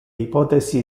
ipotesi